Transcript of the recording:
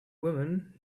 woman